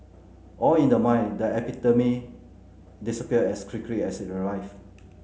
all in the mind the epidemic disappeared as quickly as it arrived